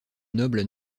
nobles